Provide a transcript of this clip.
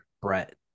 Brett